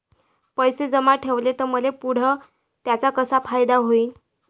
पैसे जमा ठेवले त मले पुढं त्याचा कसा फायदा होईन?